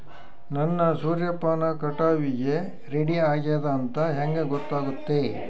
ನನ್ನ ಸೂರ್ಯಪಾನ ಕಟಾವಿಗೆ ರೆಡಿ ಆಗೇದ ಅಂತ ಹೆಂಗ ಗೊತ್ತಾಗುತ್ತೆ?